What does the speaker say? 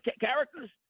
characters